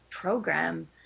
program